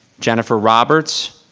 jennifer roberts.